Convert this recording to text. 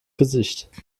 gesicht